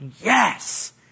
yes